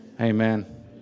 amen